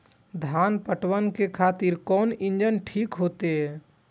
धान पटवन के खातिर कोन इंजन ठीक होते?